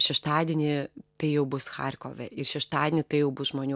šeštadienį tai jau bus charkove ir šeštadienį tai jau bus žmonių